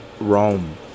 Rome